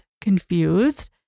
confused